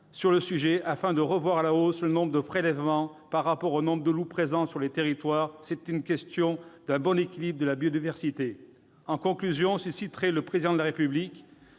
européen afin de revoir à la hausse le nombre de prélèvements par rapport au nombre de loups présents sur les territoires ; c'est une question de bon équilibre de la biodiversité. En conclusion, je citerai le Président de la République